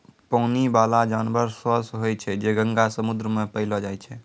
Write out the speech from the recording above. पानी बाला जानवर सोस होय छै जे गंगा, समुन्द्र मे पैलो जाय छै